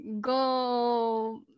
go